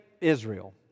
Israel